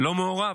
לא מעורב.